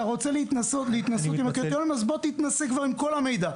אם אתה רוצה להתנשא לגבי הקריטריונים אז בוא תתנשא כבר עם כל המידע.